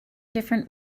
different